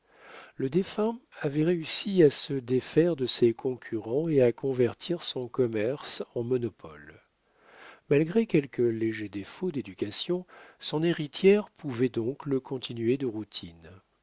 le défunt avait réussi à se défaire de ses concurrents et à convertir son commerce en monopole malgré quelques légers défauts d'éducation son héritière pouvait donc le continuer de routine